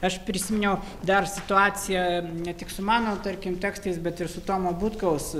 aš prisiminiau dar situaciją ne tik su mano tarkim tekstais bet ir su tomo butkaus